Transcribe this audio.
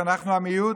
כי אנחנו המיעוט.